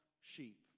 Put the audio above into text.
sheep